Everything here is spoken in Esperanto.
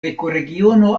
ekoregiono